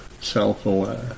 self-aware